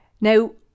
Now